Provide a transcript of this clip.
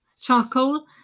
charcoal